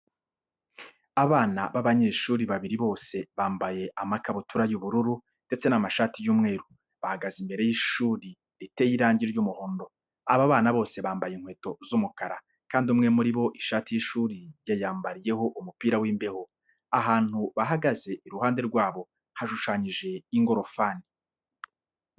Abana b'abanyeshuri babiri bose bambaye amakabutura y'ubururu ndetse n'amashati y'umweru, bahagaze imbere y'ishuri riteye irangi ry'umuhondo. Aba bana bose bambaye inkweto z'umukara kandi umwe muri bo ishati y'ishuri yayambariyeho umupira w'imbeho. Ahantu bahagaze iruhande rwaho hashushanyije ingorofani.